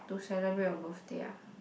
to celebrate your birthday ah